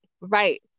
right